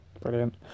Brilliant